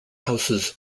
houses